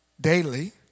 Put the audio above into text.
daily